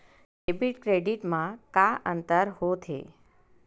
Debit credit मा का अंतर होत हे?